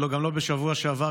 גם לא בשבוע שעבר,